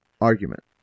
argument